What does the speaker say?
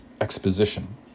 exposition